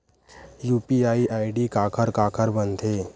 UPI ID काखर काखर बनथे?